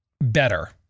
better